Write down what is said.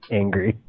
angry